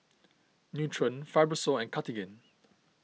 Nutren Fibrosol and Cartigain